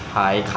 (uh huh)